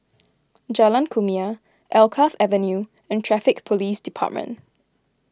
Jalan Kumia Alkaff Avenue and Traffic Police Department